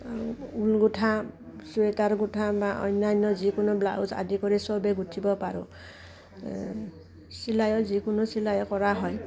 ঊল গোঁঠা চুৱেটাৰ গোঁঠা বা অন্যান্য যিকোনো ব্লাউজ আদি কৰি চবে গুঠিব পাৰোঁ চিলাইও যিকোনো চিলাই কৰা হয়